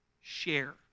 share